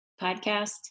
podcast